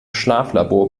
schlaflabor